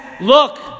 look